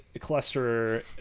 cluster